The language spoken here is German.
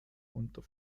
unter